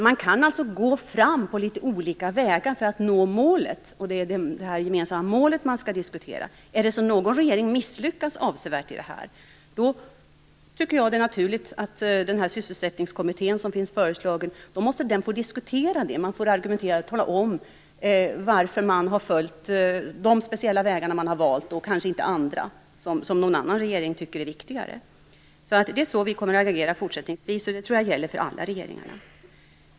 Man kan alltså gå fram på olika vägar för att nå målet, och det är det gemensamma målet man skall diskutera. Om någon regering misslyckas avsevärt med detta, är det naturligt att den föreslagna sysselsättningskommittén får diskutera det. Landets regering får tala om varför man har valt att följa vissa vägar och inte andra vägar som någon annan regering tycker är viktigare. Så kommer vi att agera fortsättningsvis, och det tror jag gäller alla regeringar.